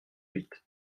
huit